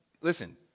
Listen